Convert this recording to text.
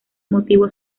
motivo